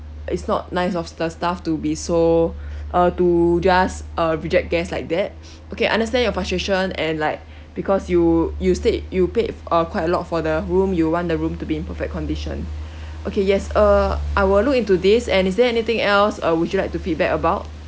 it's not nice of the staff to be so uh to just uh reject guest like that okay I understand your frustration and like because you you said you paid uh quite a lot for the room you want the room to be in perfect condition okay yes uh I will look into this and is there anything else uh would you like to feedback about